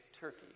Turkey